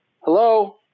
Hello